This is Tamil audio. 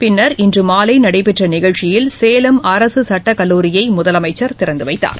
பின்னர் இன்று மாலை நடைபெற்ற நிகழ்ச்சியில் சேலம் அரசு சுட்டக் கல்லூரியை முதலமைச்சர் திறந்து வைத்தார்